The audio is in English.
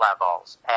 levels